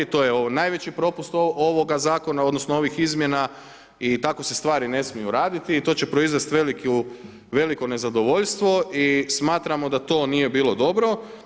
To je najveći propust ovoga zakona odnosno ovih izmjena i tako se stvari ne smiju raditi i to će proizvesti veliko nezadovoljstvo i smatramo da to nije bilo dobro.